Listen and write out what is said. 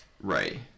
Right